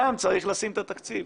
שם צריך לשים את התקציב.